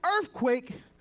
earthquake